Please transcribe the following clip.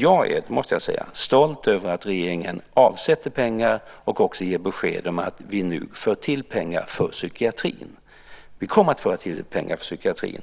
Jag är, måste jag säga, stolt över att regeringen avsätter pengar och också ger besked om att vi nu för till pengar för psykiatrin. Vi kommer att tillföra pengar för psykiatrin.